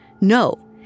No